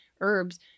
Herbs